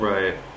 Right